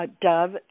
Dove